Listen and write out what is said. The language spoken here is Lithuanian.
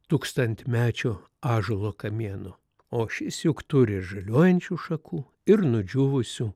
tūkstantmečio ąžuolo kamieno o šis juk turi ir žaliuojančių šakų ir nudžiūvusių